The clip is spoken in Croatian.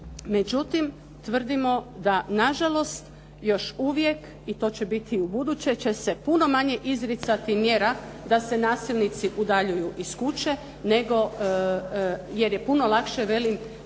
međutim tvrdimo da nažalost još uvijek, i to će biti i ubuduće, će se puno manje izricati mjera da se nasilnici udaljuju iz kuće jer je puno lakše otpratiti